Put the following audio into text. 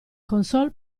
console